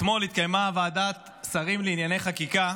אתמול התקיימה ועדת שרים לענייני חקיקה,